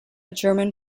german